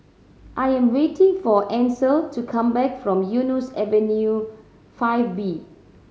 I am waiting for Ansel to come back from Eunos Avenue Five B